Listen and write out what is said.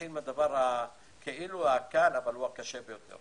נתחיל בדבר כאילו הקל, אבל הוא הקשה ביותר